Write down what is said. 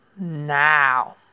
Now